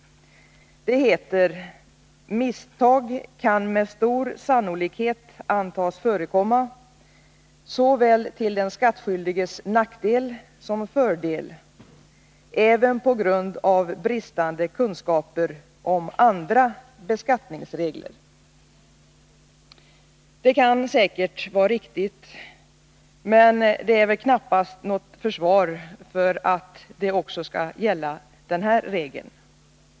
Det heter: ”Misstag kan med stor sannolikhet antas förekomma — såväl till den skattskyldiges nackdel som fördel — även på grund av bristande kunskaper om andra beskattningsregler.” Det kan säkert vara riktigt, men det är knappast något försvar för att det också skall gälla denna regel.